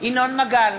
ינון מגל,